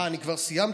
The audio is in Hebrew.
אה, אני כבר סיימתי?